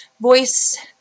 voice